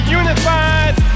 unified